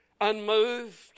Unmoved